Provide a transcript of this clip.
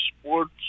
sports